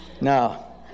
No